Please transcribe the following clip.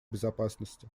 безопасности